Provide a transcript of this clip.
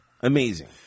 Amazing